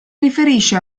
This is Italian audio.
riferisce